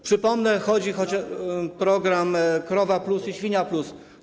Przypomnę, chodzi o programy krowa+ i świnia+.